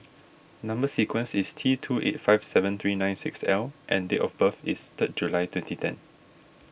Number Sequence is T two eight five seven three nine six L and date of birth is third July twnenty ten